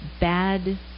bad